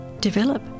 develop